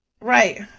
right